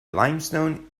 limestone